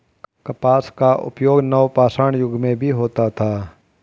कपास का उपयोग नवपाषाण युग में भी होता था